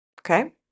Okay